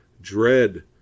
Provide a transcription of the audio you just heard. dread